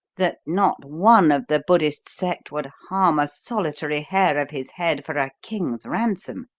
that not one of the buddhist sect would harm a solitary hair of his head for a king's ransom